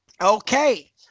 Okay